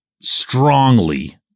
strongly